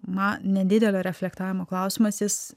man nedidelio reflektavimo klausimas jis